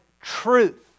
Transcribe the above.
truth